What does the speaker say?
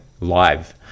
live